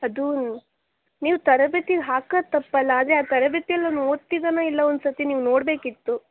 ಅದೂ ನೀವು ತರಗತಿಗೆ ಹಾಕೋದು ತಪ್ಪಲ್ಲ ಆದರೆ ಆ ತರಗತಿಯಲ್ಲಿ ಅವನ ಓದ್ತಿದ್ದಾನೆ ಇಲ್ಲ ಒಂದ್ಸರ್ತಿ ನೀವು ನೋಡಬೇಕಿತ್ತು